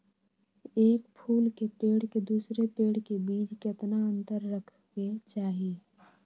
एक फुल के पेड़ के दूसरे पेड़ के बीज केतना अंतर रखके चाहि?